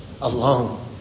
alone